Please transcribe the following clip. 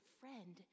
friend